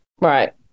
right